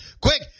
Quick